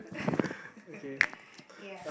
yeah